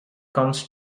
comes